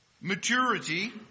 maturity